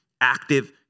active